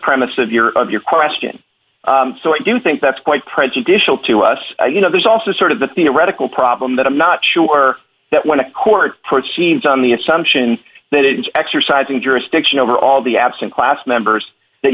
premise of your of your question so i do think that's quite prejudicial to us you know there's also sort of the theoretical problem that i'm not sure that when a court for it seems on the assumption that it is exercising jurisdiction over all the absent class members that